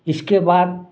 इसके बाद